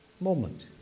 moment